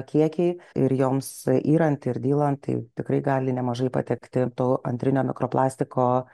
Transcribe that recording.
kiekiai ir joms yrant ir dylant tai tikrai gali nemažai patekti tų antrinio mikroplastiko